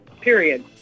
Period